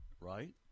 right